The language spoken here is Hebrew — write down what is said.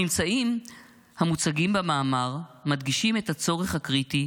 הממצאים המוצגים במאמר מדגישים את הצורך הקריטי